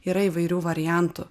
yra įvairių variantų